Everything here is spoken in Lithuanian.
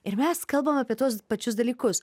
ir mes kalbam apie tuos pačius dalykus